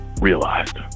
realized